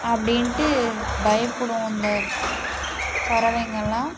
அப்படின்ட்டு பயப்படும் அந்த பறவைங்கள்லாம்